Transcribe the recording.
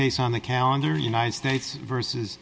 case on the calendar united states versus